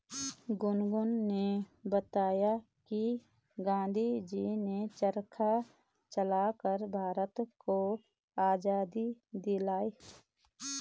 गुनगुन ने बताया कि गांधी जी ने चरखा चलाकर भारत को आजादी दिलाई